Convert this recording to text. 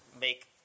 make